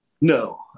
No